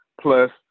plus